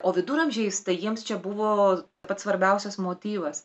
o viduramžiais tai jiems čia buvo pats svarbiausias motyvas